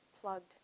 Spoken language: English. plugged